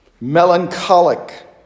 melancholic